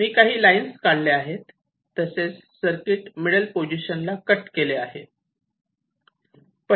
मी काही लाईन्स काढलेल्या आहे तसेच सर्किट मिडल पोझिशनला कट केले आहे